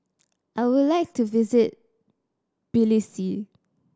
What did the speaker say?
I would like to visit Tbilisi